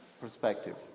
perspective